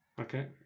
okay